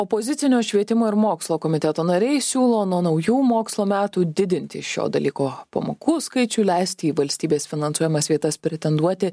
opozicinio švietimo ir mokslo komiteto nariai siūlo nuo naujų mokslo metų didinti šio dalyko pamokų skaičių leisti į valstybės finansuojamas vietas pretenduoti